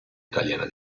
italiana